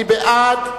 מי בעד?